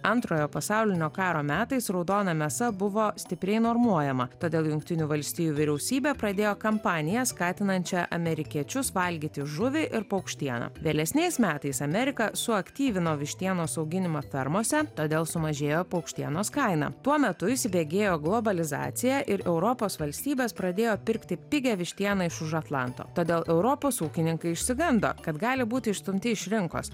antrojo pasaulinio karo metais raudona mėsa buvo stipriai normuojama todėl jungtinių valstijų vyriausybė pradėjo kampaniją skatinančią amerikiečius valgyti žuvį ir paukštieną vėlesniais metais amerika suaktyvino vištienos auginimą fermose todėl sumažėjo paukštienos kaina tuo metu įsibėgėjo globalizacija ir europos valstybės pradėjo pirkti pigią vištieną iš už atlanto todėl europos ūkininkai išsigando kad gali būti išstumti iš rinkos